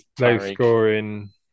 low-scoring